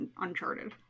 Uncharted